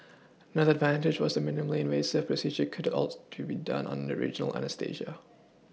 another advantage was the minimally invasive procedure could outs could be done under regional anaesthesia